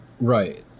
Right